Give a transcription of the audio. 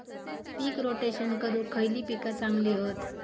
पीक rotation करूक खयली पीका चांगली हत?